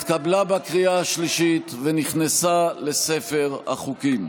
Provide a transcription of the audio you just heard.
התקבלה בקריאה השלישית, ונכנסה לספר החוקים.